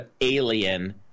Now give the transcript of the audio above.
alien